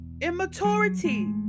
Immaturity